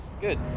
Good